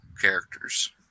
characters